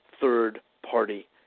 third-party